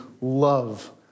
love